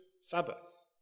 Sabbath